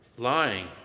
lying